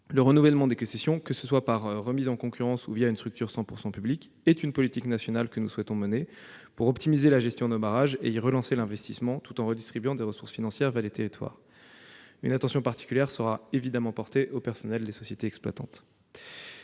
Le renouvellement des concessions, par remise en concurrence ou une structure 100 % publique, est une politique nationale que nous souhaitons mener en vue d'optimiser la gestion des barrages et de relancer l'investissement dans ce domaine, tout en redistribuant des ressources financières vers les territoires. Par ailleurs, une attention particulière sera évidemment portée aux personnels des sociétés exploitantes.